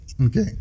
Okay